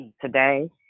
Today